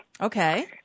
Okay